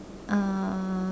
uh